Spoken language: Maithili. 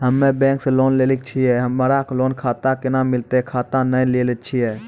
हम्मे बैंक से लोन लेली छियै हमरा लोन खाता कैना मिलतै खाता नैय लैलै छियै?